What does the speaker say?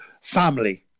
family